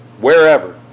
wherever